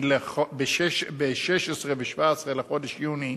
ב-16 וב-17 בחודש יוני,